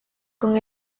con